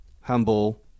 handball